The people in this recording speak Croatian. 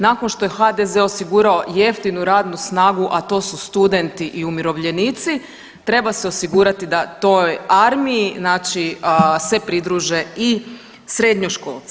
Nakon što je HDZ osigurao jeftinu radnu snagu a to su studenti i umirovljenici treba se osigurati da toj armiji, znači se pridruže i srednjoškolci.